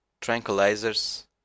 tranquilizers